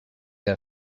that